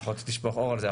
לפחות היא תשפוך אור על זה,